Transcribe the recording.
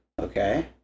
okay